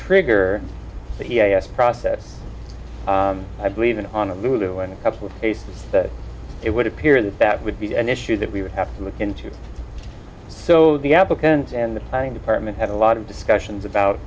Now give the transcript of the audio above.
trigger c a s process i believe in on a lulu and a couple of cases it would appear that that would be an issue that we would have to look into so the applicants and the planning department had a lot of discussions about